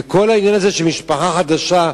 וכל העניין הזה של "משפחה חדשה"